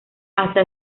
hasta